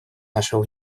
нашего